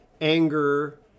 anger